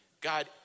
God